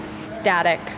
static